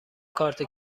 کارت